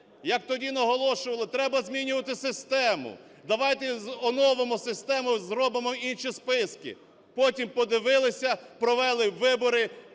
Як тоді наголошували: треба змінювати систему, давайте оновимо систему, зробимо інші списки! Потім подивилися, провели вибори,